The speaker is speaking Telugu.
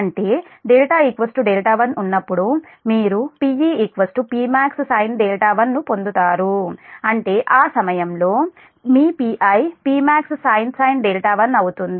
అంటే δ δ1 ఉన్నప్పుడు మీరుPe Pmax sin 1 ను పొందుతారు అంటే ఆ సమయంలో మీ Pi Pmaxsin 1 అవుతుంది